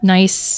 Nice